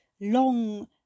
long